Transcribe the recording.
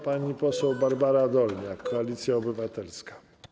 Pani poseł Barbara Dolniak, Koalicja Obywatelska.